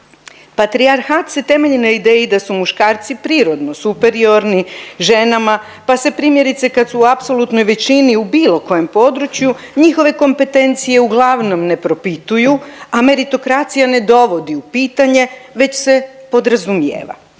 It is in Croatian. Patrijarhat se temelji na ideji da su muškarci prirodno superiorni ženama pa se, primjerice, kad su u apsolutnoj većini u bilo kojem području, njihove kompetencije uglavnom ne propituju, a meritokracija ne dovodi u pitanje već se podrazumijeva.